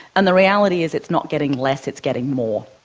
and the reality is it's not getting less, it's getting more.